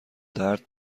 درد